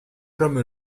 comme